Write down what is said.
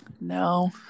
No